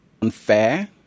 unfair